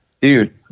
Dude